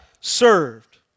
served